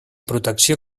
protecció